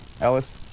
Ellis